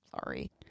Sorry